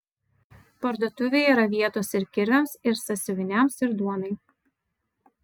parduotuvėje yra vietos ir kirviams ir sąsiuviniams ir duonai